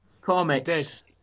comics